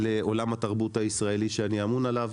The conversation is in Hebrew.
לעולם התרבות הישראלית שאני אמון עליו,